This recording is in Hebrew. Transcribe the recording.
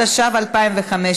התשע"ו 2015,